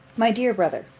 my dear brother,